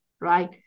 right